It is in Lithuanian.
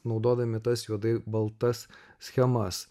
naudodami tas juodai baltas schemas